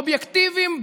אובייקטיביים,